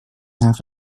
half